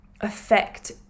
affect